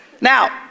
Now